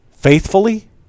faithfully